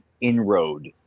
inroad